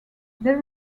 there